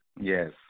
Yes